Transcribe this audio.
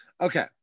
okay